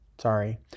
Sorry